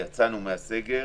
יצאנו מהסגר,